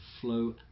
flow